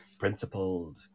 Principled